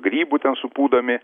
grybų ten supūdomi